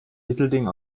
mittelding